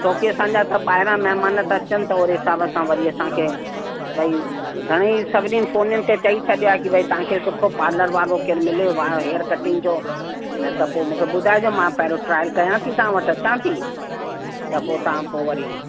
छो की असांजा सभु ॿाहिरां महिमान था अचनि त ओहिड़े हिसाब सां वरी असांखे भई घणेई सभिनी फ़ोनिन ते चई छॾियो आहे की भई तव्हांखे सुठो पार्लर वारो केरु मिले वा हेयर कटिंग जो ऐं त पोइ मूंखे ॿुधाइजो मां पहिरियों ट्रायल कयां थी तव्हां वटि अचां थी त पोइ तव्हां वरी